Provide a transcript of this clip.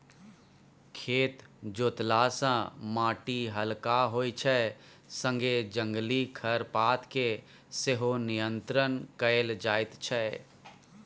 खेत जोतला सँ माटि हलका होइ छै संगे जंगली खरपात केँ सेहो नियंत्रण कएल जाइत छै